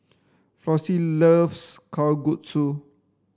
Flossie loves Kalguksu